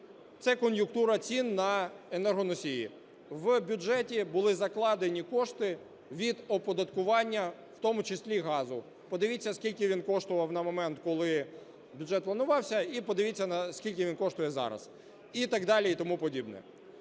це кон'юнктура цін на енергоносії. В бюджеті були закладені кошти від оподаткування в тому числі газу. Подивіться, скільки він коштував на момент, коли бюджет планувався, і подивіться, скільки він коштує зараз. І так далі, і тому подібне.